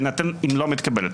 בהינתן אם היא לא מתקבלת,